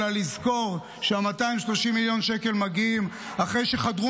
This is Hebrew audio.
אלא לזכור שה-230 מיליון שקל מגיעים אחרי שחדרו